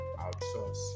outsource